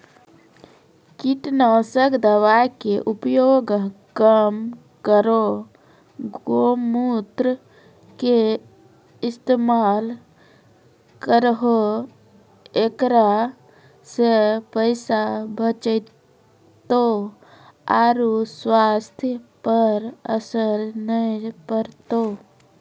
कीटनासक दवा के उपयोग कम करौं गौमूत्र के इस्तेमाल करहो ऐकरा से पैसा बचतौ आरु स्वाथ्य पर असर नैय परतौ?